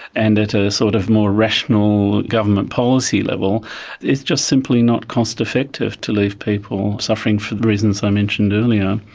and at a sort of more rational government policy level it's just simply not cost effective to leave people suffering, for the reasons i mentioned earlier.